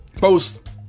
post